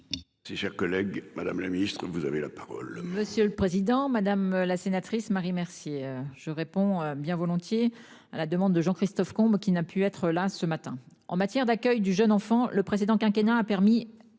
Si cher collègue Madame la Ministre, vous avez la parole. Monsieur le président, madame la sénatrice Marie-merci. Je réponds bien volontiers à la demande de Jean-Christophe Combe, qui n'a pu être là ce matin en matière d'accueil du jeune enfant. Le précédent quinquennat a permis.